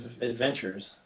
adventures